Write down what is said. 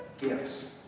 gifts